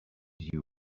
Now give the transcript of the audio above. you